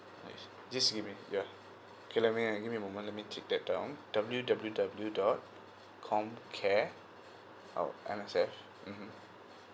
I see nice just give me okay let me uh give me moment let me take that down W W W dot comcare oh M_S_F mmhmm